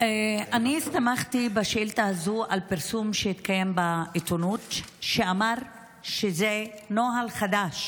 אני הסתמכתי בשאילתה הזאת על פרסום בעיתונות שאמר שזה נוהל חדש